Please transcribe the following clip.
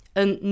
Een